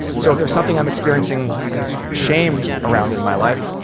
so if there's something i'm experiencing shame around in my life,